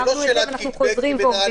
אמרנו את זה ואנחנו חוזרים ואומרים.